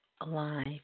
alive